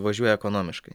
važiuoja ekonomiškai